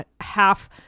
half